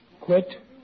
Quit